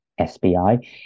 SBI